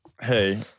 hey